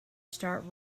start